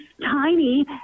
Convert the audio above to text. tiny